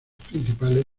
principales